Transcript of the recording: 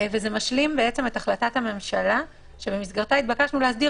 וזה משלים את החלטת הממשלה שבמסגרתה התבקשנו להסדיר